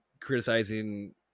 criticizing